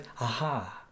aha